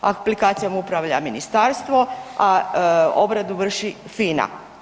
Aplikacijom upravlja ministarstvo, a obradu vrši FINA.